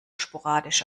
sporadisch